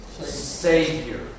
savior